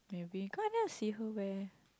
maybe cause I never see her wear